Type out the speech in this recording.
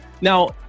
Now